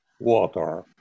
water